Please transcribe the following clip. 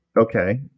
Okay